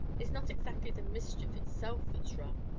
it's not exactly the mischief itself that's rum,